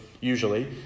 usually